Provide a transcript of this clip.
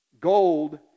Gold